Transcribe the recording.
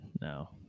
No